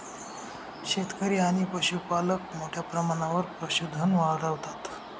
शेतकरी आणि पशुपालक मोठ्या प्रमाणावर पशुधन वाढवतात